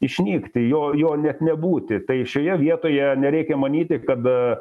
išnykti jo net nebūti tai šioje vietoje nereikia manyti kada